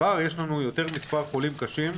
כבר יש לנו יותר חולים קשים,